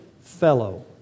fellow